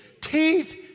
teeth